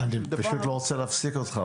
--- אני פשוט לא רוצה להפסיק אותך,